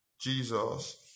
Jesus